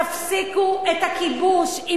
תפסיקו את הכיבוש.